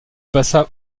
passa